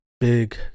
big